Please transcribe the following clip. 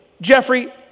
Jeffrey